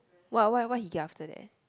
why why why he give after that